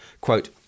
Quote